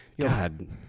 God